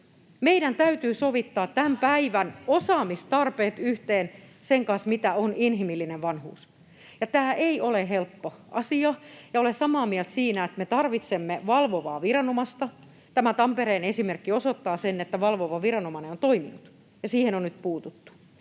Meidän täytyy sovittaa tämän päivän osaamistarpeet yhteen sen kanssa, mitä on inhimillinen vanhuus, ja tämä ei ole helppo asia. Ja olen samaa mieltä siinä, että me tarvitsemme valvovaa viranomaista. Tämä Tampereen esimerkki osoittaa sen, että valvova viranomainen on toiminut ja asiaan on nyt puututtu.